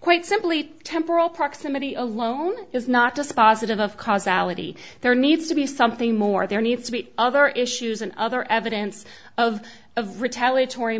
quite simply temporal proximity alone is not dispositive of causality there needs to be something more there needs to be other issues and other evidence of of retaliatory